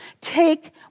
Take